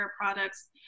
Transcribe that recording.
products